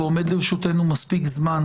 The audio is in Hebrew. ועומד לרשותנו מספיק זמן,